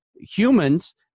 humans